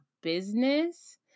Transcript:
business